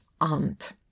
aunt